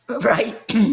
Right